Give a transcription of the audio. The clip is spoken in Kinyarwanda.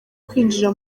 kwinjira